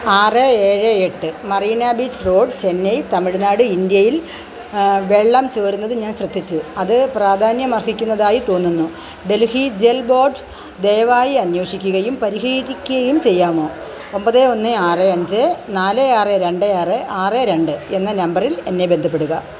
ആറ് ഏഴ് എട്ട് മറീന ബീച്ച് റോഡ് ചെന്നൈ തമിഴ്നാട് ഇന്ത്യയിൽ വെള്ളം ചോരുന്നത് ഞാ ശ്രദ്ധിച്ചു അത് പ്രാധാന്യമർഹിക്കുന്നതായി തോന്നുന്നു ഡൽഹി ജൽ ബോർഡ് ദയവായി അന്വേഷിക്കുകയും പരിഹരിക്കുകയും ചെയ്യാമോ ഒമ്പത് ഒന്ന് ആറ് അഞ്ച് നാല് ആറ് രണ്ട് ആറ് ആറ് രണ്ട് എന്ന നമ്പറിൽ എന്നെ ബന്ധപ്പെടുക